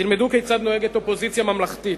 תלמדו כיצד נוהגת אופוזיציה ממלכתית,